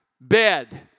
bed